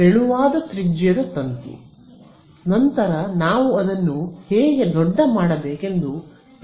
A ಎಂಬ ತ್ರಿಜ್ಯದ ತೆಳುವಾದ ತಂತಿ ನಂತರ ನಾವು ಅದನ್ನು ಹೇಗೆ ದೊಡ್ಡ ಮಾಡಬೇಕೆಂದು ಪ್ರಶಂಸಿಸಬಹುದು